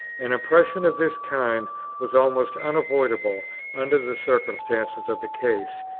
an impression of this kind was almost unavoidable under the circumstances of the case,